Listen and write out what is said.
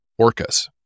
orcas